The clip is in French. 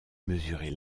mesurer